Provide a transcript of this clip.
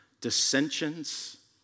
Dissensions